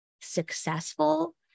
successful